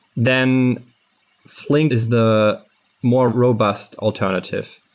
then flink is the more robust alternative.